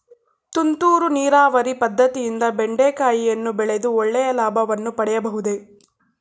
ತುಂತುರು ನೀರಾವರಿ ಪದ್ದತಿಯಿಂದ ಬೆಂಡೆಕಾಯಿಯನ್ನು ಬೆಳೆದು ಒಳ್ಳೆಯ ಲಾಭವನ್ನು ಪಡೆಯಬಹುದೇ?